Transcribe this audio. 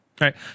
Right